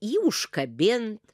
jį užkabint